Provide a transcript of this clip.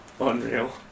Unreal